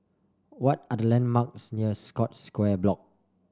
what are the landmarks near Scotts Square Block